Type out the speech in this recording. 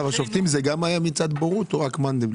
גם החלטת השופטים הייתה בגלל בורות או רק מנדבליט?